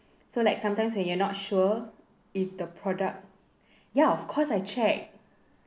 so like sometimes when you're not sure if the product ya of course I check